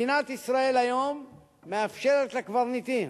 מדינת ישראל היום מאפשרת לקברניטים,